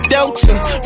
Delta